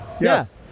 Yes